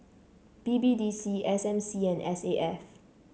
B B D C S M C and S A F